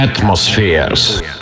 Atmospheres